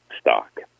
stock